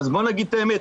בואו נגיד את האמת,